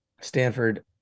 Stanford